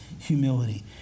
Humility